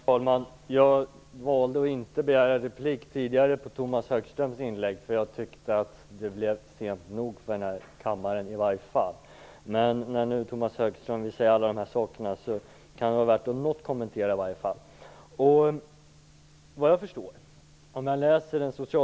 Herr talman! Jag valde att inte begära replik tidigare på Tomas Högströms inlägg eftersom jag tyckte att det blev sent nog här i kammaren i alla fall. Men när nu Tomas Högström vill säga alla de här sakerna kan det vara värt att något kommentera dem.